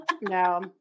No